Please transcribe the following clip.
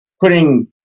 putting